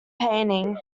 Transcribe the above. painting